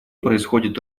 происходит